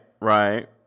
right